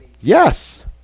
Yes